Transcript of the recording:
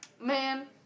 man